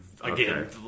again